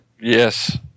Yes